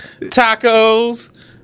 tacos